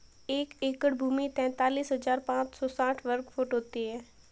एक एकड़ भूमि तैंतालीस हज़ार पांच सौ साठ वर्ग फुट होती है